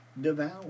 devour